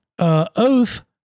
oath